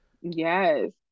Yes